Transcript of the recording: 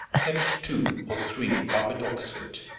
kept two or three up at oxford.